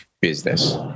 business